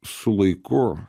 su laiku